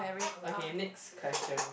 okay next question